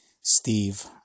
Steve